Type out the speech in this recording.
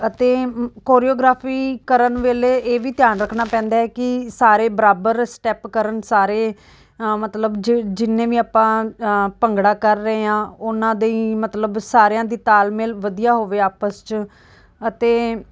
ਅਤੇ ਕੋਰੀਓਗ੍ਰਾਫੀ ਕਰਨ ਵੇਲੇ ਇਹ ਵੀ ਧਿਆਨ ਰੱਖਣਾ ਪੈਂਦਾ ਹੈ ਕਿ ਸਾਰੇ ਬਰਾਬਰ ਸਟੈਪ ਕਰਨ ਸਾਰੇ ਮਤਲਬ ਜ ਜਿੰਨੇ ਵੀ ਆਪਾਂ ਭੰਗੜਾ ਕਰ ਰਹੇ ਹਾਂ ਉਨ੍ਹਾਂ ਦੀ ਮਤਲਬ ਸਾਰਿਆਂ ਦੀ ਤਾਲਮੇਲ ਵਧੀਆ ਹੋਵੇ ਆਪਸ 'ਚ ਅਤੇ